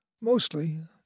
Mostly